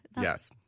Yes